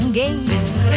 game